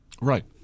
Right